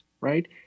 right